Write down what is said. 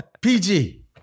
PG